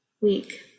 week